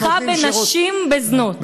לתמיכה בנשים בזנות.